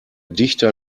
dichter